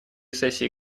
сессии